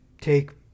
take